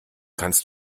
kannst